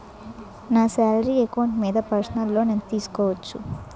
నా salary account మీద personal loan ఎంత తీసుకోవచ్చు?